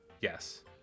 yes